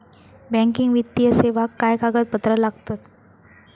Banking वित्तीय सेवाक काय कागदपत्र लागतत?